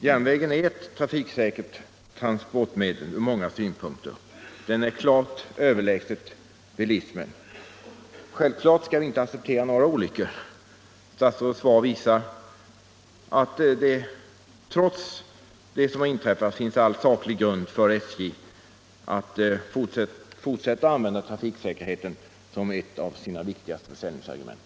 Järnvägen är från många synpunkter ett trafiksäkert transportmedel, klart överlägset bilismen. Men självklart skall vi inte acceptera några olyckor. Statsrådets svar visar att SJ trots vad som har inträffat har saklig grund att fortsätta att anföra trafiksäkerheten som ett av sina viktigaste säljargument.